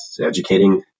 educating